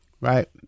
right